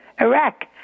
Iraq